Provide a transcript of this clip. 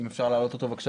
בבקשה